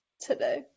today